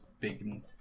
big